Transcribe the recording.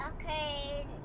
Okay